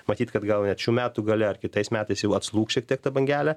matyt kad gal net šių metų gale ar kitais metais jau atslūgs šiek tiek ta bangelė